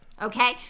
Okay